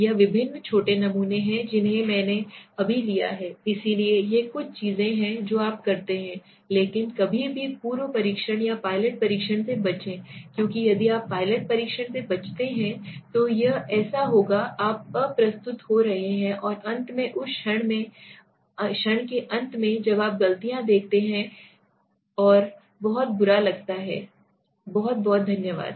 यह विभिन्न छोटे नमूने हैं जिन्हें मैंने अभी लिया है इसलिए ये कुछ चीजें हैं जो आप करते हैं लेकिन कभी भी पूर्व परीक्षण या पायलट परीक्षण से बचें क्योंकि यदि आप पायलट परीक्षण से बचते हैं तो यह ऐसा होगा आप अप्रस्तुत हो रहे हैं और अंत में उस क्षण के अंत में जब आप गलतियाँ देखते हैं और बहुत बुरा लगता है धन्यवाद